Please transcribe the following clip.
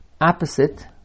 opposite